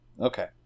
Okay